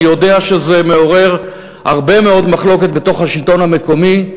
אני יודע שזה מעורר הרבה מאוד מחלוקת בשלטון המקומי,